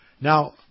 Now